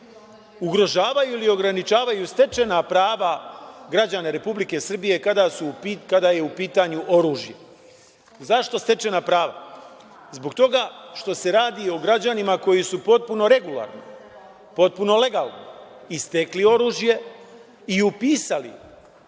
ugrožavaju ili ograničavaju stečena prava građana Republike Srbije kada je u pitanju oružje. Zašto stečena prava? Zbog toga što se radi o građanima koji su potpuno regularno, potpuno legalno stekli oružje i upisali